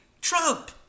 Trump